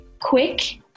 quick